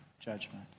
judgment